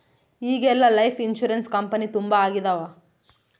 ಈಗೆಲ್ಲಾ life insurance company ತುಂಬಾ ಆಗಿದವ